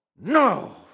No